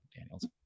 Daniels